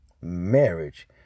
marriage